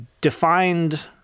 defined